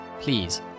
Please